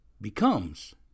becomes